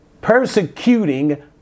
persecuting